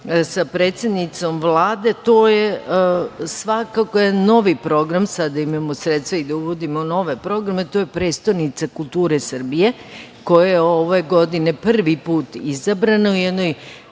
sa predsednicom Vlade, to je svakako novi program. Sada imamo sredstva i da uvodimo nove programe, to je prestonica kulture Srbije, koje ove godine prvi put izabrana u jednoj